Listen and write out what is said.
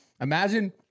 Imagine